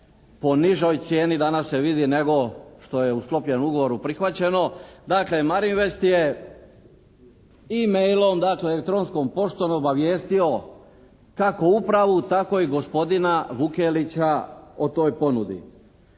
po nižoj cijeni danas se vidi nego što je u sklopljenom ugovoru prihvaćeno. Dakle «Marin west» je e-mail-om dakle elektronskom poštom obavijestio kako upravu tako i gospodina Vukelića o toj ponudi.